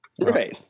Right